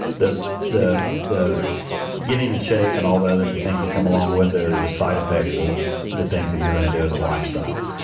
the the getting in shape and all the other things that come along with it are just side effects of the things that you're going to do as a lifestyle.